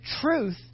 truth